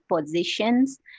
positions